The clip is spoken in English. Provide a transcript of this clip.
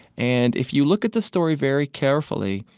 and if you look at the story very carefully,